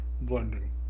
blending